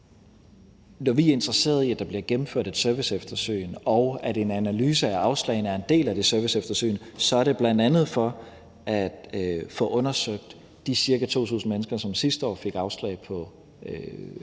Når vi er interesserede i, at der bliver gennemført et serviceeftersyn, og at en analyse af afslagene er en del af det serviceeftersyn, så er det bl.a. for at få undersøgt de ca. 2.000 mennesker, som sidste år fik afslag på ægtefællesammenføring,